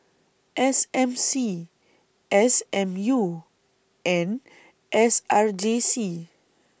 S M C S M U and S R J C